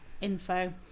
info